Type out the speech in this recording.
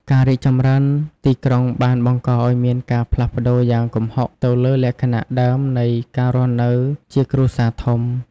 ការរីកចម្រើនទីក្រុងបានបង្កឱ្យមានការផ្លាស់ប្ដូរយ៉ាងគំហុកទៅលើលក្ខណៈដើមនៃការរស់នៅជាគ្រួសារធំ។